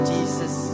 Jesus